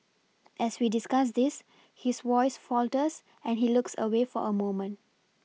as we discuss this his voice falters and he looks away for a moment